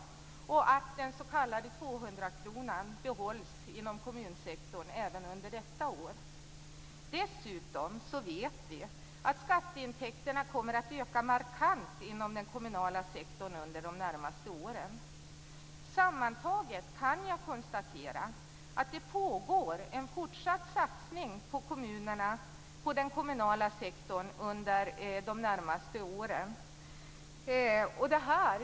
Därtill behålls den s.k. 200-kronan inom kommunsektorn även under detta år. Dessutom vet vi att skatteintäkterna kommer att öka markant inom den kommunala sektorn under de närmaste åren. Sammantaget kan jag konstatera att det pågår en fortsatt satsning på den kommunala sektorn under de närmaste åren.